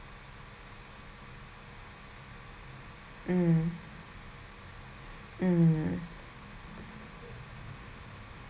mm mm